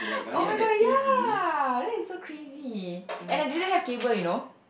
oh-my-god ya that is so crazy and I didn't have cable you know